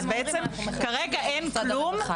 שבעצם כרגע אין כלום,